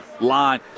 line